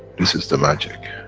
this is the magic.